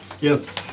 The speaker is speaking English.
Yes